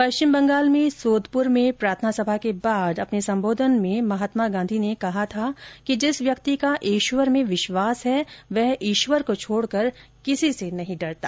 पश्चिम बंगाल में सोदपूर में प्रार्थना सभा के बाद अपने संबोधन में महात्मा गांधी ने कहा था कि जिस व्यक्ति का ईश्वर में विश्वास है वह ईश्वर को छोड़कर किसी से नहीं डरता